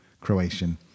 croatian